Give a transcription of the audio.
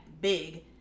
big